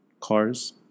cars